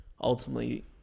ultimately